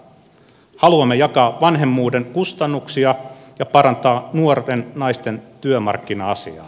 haluamme jakaa vanhemmuuden kustannuksia ja parantaa nuorten naisten työmarkkina asemaa